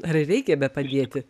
ar reikia bepadėti